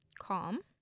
calm